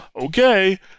okay